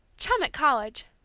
chum at college,